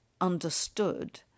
understood